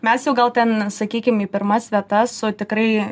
mes jau gal ten sakykim į pirmas vietas su tikrai